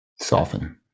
soften